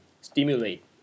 stimulate